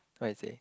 what he say